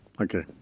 Okay